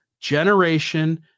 generation